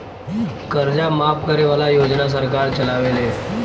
कर्जा माफ करे वाला योजना सरकार चलावेले